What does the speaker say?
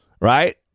right